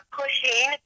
pushing